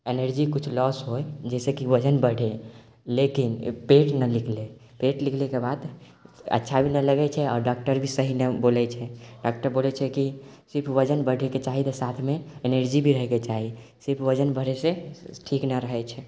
energy किछु loss होइ जाइसँ कि वजन बढै लेकिन ई पेट नहि निकलै पेट निकलैके बाद अच्छा भी नहि लगै छै आओर डॉक्टर भी सही नहि बोलै छै डॉक्टर बोलै छै कि सिर्फ वजन बढैके चाही तऽ साथमे एनर्जी भी रहैके चाही सिर्फ वजन बढैसँ ठीक नहि रहै छै